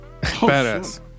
badass